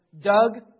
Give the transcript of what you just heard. Doug